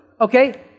okay